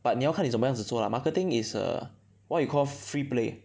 but 你要看你怎么样子做 lah marketing is a what you call freeplay